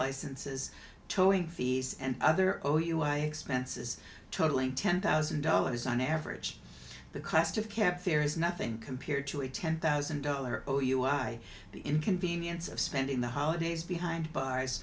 licenses towing fees and other o u i expenses totalling ten thousand dollars on average the cost of camp there is nothing compared to a ten thousand dollar o u i the inconvenience of spending the holidays behind b